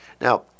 now